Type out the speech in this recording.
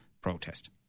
protest